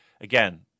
again